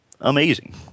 amazing